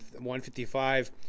155